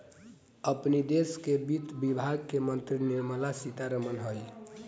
अपनी देस के वित्त विभाग के मंत्री निर्मला सीता रमण हई